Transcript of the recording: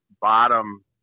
bottom